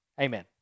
Amen